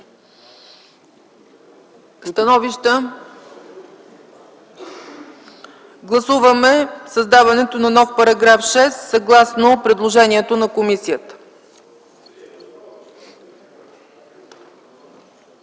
Становища? Няма. Гласуваме създаването на нов § 6 съгласно предложението на комисията.